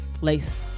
Lace